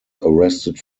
arrested